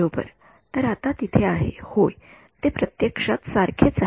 बरोबर तर आता तिथे आहे होय ते प्रत्यक्षात सारखेच आहेत